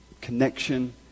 Connection